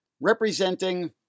representing